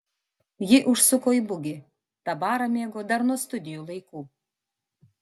ji užsuko į bugį tą barą mėgo dar nuo studijų laikų